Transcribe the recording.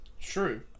True